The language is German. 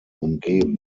umgeben